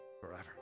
forever